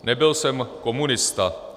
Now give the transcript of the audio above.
Nebyl jsem komunista.